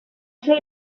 ser